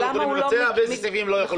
יכולים לבצע ואיזה סעיפים אנחנו לא יכולים לבצע.